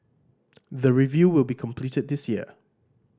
the review will be completed this year